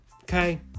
okay